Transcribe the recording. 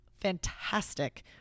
fantastic